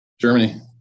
Germany